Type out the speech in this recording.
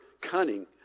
cunning